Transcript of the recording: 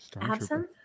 Absent